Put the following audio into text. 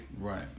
Right